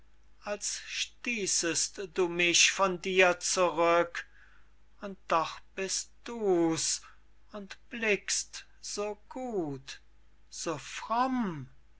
als stießest du mich von dir zurück und doch bist du's und blickst so gut so fromm